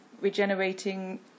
regenerating